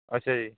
ਅੱਛਾ ਜੀ